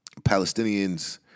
Palestinians